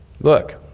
Look